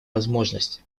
возможности